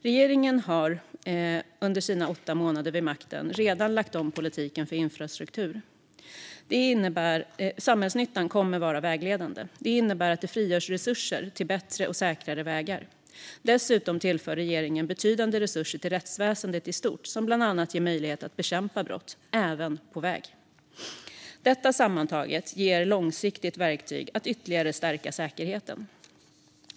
Regeringen har under sina åtta månader vid makten redan lagt om politiken för infrastruktur. Samhällsnyttan kommer att vara vägledande. Det innebär att det frigörs resurser till bättre och säkrare vägar. Dessutom tillför regeringen betydande resurser till rättsväsendet i stort som bland annat ger möjlighet att bekämpa brott, även på väg. Detta sammantaget ger långsiktigt verktyg att ytterligare stärka säkerheten.